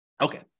okay